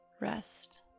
rest